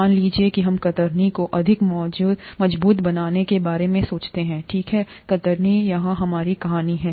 मान लीजिए कि हम कतरनी को अधिक मजबूत बनाने के बारे में सोचते हैं ठीक है कतरनी यहाँ हमारी कहानी है